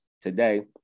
today